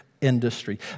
industry